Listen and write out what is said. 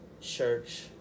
church